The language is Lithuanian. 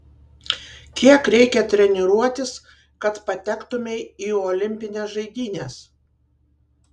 kiek reikia treniruotis kad patektumei į olimpines žaidynes